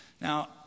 Now